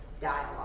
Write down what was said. dialogue